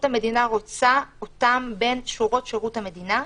המדינה רוצה אותם בין שורות שירות המדינה.